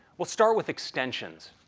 we'll start with extensions.